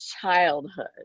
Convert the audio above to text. childhood